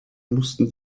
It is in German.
mussten